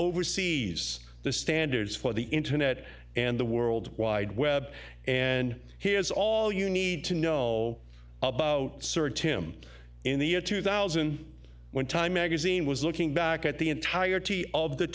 oversees the standards for the internet and the world wide web and here's all you need to know about certain him in the year two thousand when time magazine was looking back at the entirety of the